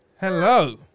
Hello